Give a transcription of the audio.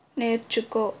నేర్చుకో